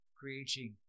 creating